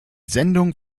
sendung